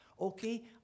Okay